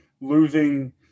losing